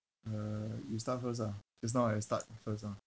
uh you start first ah just now I start first mah